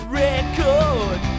record